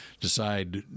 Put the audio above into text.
decide